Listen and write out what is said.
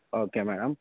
okay madam